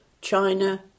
China